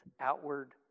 outward